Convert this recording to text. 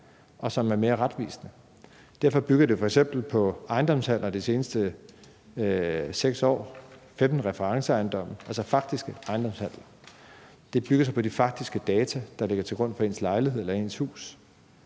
og som er mere retvisende. Derfor bygger det f.eks. på ejendomshandler de seneste 6 år, 15 referenceejendomme, altså faktiske ejendomshandler. Det bygger på de faktiske data for ens lejlighed eller ens hus;